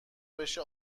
بشه